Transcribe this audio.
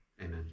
amen